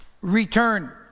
Return